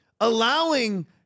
allowing